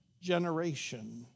generation